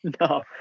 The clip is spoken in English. No